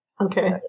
Okay